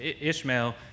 Ishmael